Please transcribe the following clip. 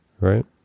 right